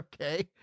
Okay